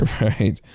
Right